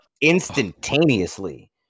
instantaneously